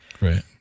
Right